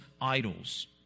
idols